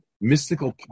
mystical